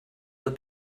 will